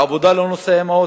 לעבודה הוא לא נוסע עם האוטו.